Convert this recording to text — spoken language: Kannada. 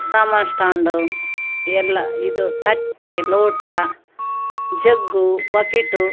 ಸಾಮಾನು ಸ್ಟ್ಯಾಂಡ್ ಎಲ್ಲ ಇದು ತಟ್ಟೆ ಲೋಟ ಜಗ್ಗು ಬಕೀಟು